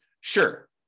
Sure